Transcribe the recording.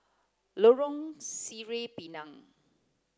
Lorong Sireh Pinang